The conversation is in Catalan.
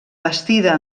bastida